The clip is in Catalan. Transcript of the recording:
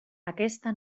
aquesta